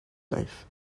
life